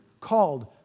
called